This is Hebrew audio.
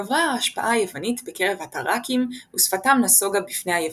גברה ההשפעה היוונית בקרב התראקים ושפתם נסוגה בפני היוונית.